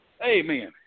Amen